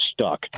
stuck